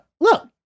look